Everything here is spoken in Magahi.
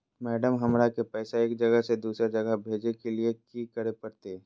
मैडम, हमरा के पैसा एक जगह से दुसर जगह भेजे के लिए की की करे परते?